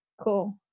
Cool